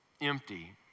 empty